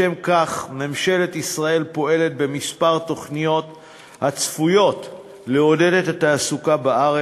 לשם כך ממשלת ישראל פועלת בכמה תוכניות הצפויות לעודד את התעסוקה בארץ.